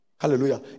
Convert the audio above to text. Hallelujah